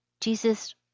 Jesus